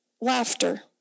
Laughter